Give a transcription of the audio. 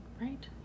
right